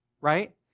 right